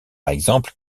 exemple